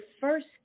first